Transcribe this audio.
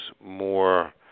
more